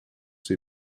sie